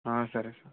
సరే